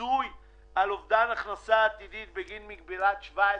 פיצוי על אובדן הכנסה עתידית בגין מגבלת 17 ילדים.